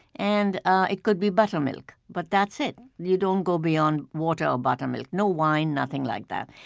and ah it could be buttermilk, but that's it. you don't go beyond water or buttermilk. no wine, nothing like that.